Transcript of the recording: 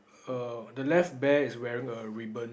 err the left bear is wearing a ribbon